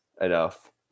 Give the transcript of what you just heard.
enough